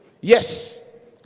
Yes